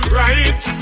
right